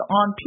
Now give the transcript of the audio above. on